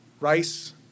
rice